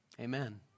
Amen